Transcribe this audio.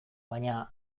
baina